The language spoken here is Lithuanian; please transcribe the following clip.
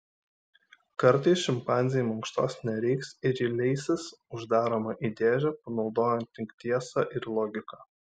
kartais šimpanzei mankštos nereiks ir ji leisis uždaroma į dėžę panaudojant tik tiesą ir logiką